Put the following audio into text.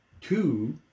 two